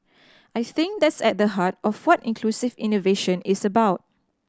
I think that's at the heart of what inclusive innovation is about